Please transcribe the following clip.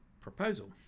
proposal